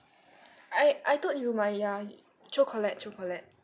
I I told you my ya cho colette cho colette